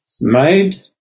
made